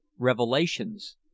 REVELATIONS